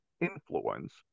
influence